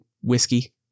whiskey